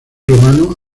romano